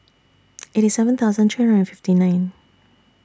eighty seven thousand three hundred and fifty nine